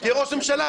תהיה ראש ממשלה.